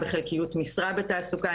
בחלקיות משרה בתעסוקה.